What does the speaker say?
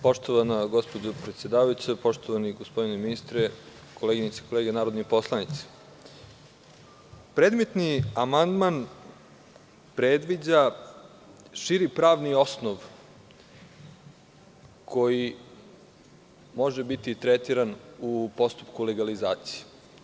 Poštovana predsedavajuća, poštovani gospodine ministre, koleginice i kolege narodni poslanici, predmetni amandman predviđa širi pravni osnov koji može biti tretiran u postupku legalizacije.